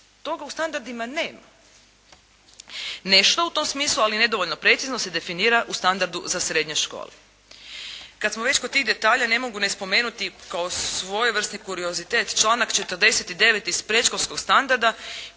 toga u standardima nema. Nešto u tom smislu, ali nedovoljno precizno, se definira u standardu za srednje škole. Kad smo već kod tih detalja, ne mogu nespomenuti kao svojevrsni kuriozitet članak 49. iz predškolskog standarda